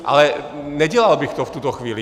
Ale nedělal bych to v tuto chvíli.